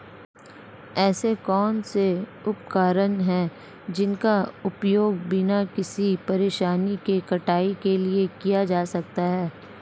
ऐसे कौनसे उपकरण हैं जिनका उपयोग बिना किसी परेशानी के कटाई के लिए किया जा सकता है?